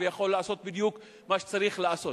ויכול לעשות בדיוק מה שצריך לעשות.